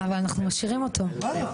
אבל אנחנו משאירים אותו.